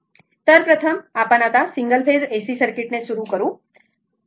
तर प्रथम आपण आता सिंगल फेज AC सर्किट ने सुरू करू